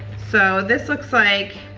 so this looks like.